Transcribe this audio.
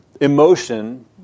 Emotion